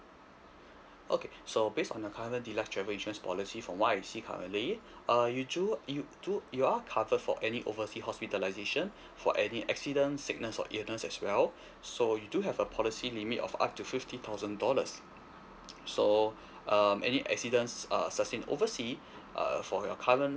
okay so based on the current deluxe travel insurance policy from what I see currently uh you do you do you are covered for any oversea hospitalisation for any accident sickness or illness as well so you do have a policy limit of up to fifty thousand dollars so um any accidents err sustained oversea uh for your current